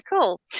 cool